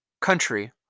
country